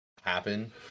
happen